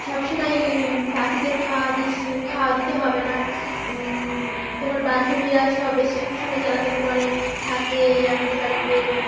সব সময় পাখিদের খাওয়া দিস খাওয়া দিতে হবে না তোমার বান্ধবীরা সব এসে সব সমময় জ্বালাতন করে থাকে আমাদের বাড়িতে